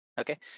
okay